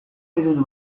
ditut